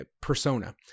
persona